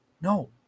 No